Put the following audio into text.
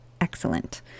excellent